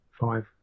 five